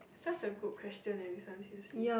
such a good question eh this one seriously